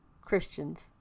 Christians